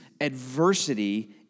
adversity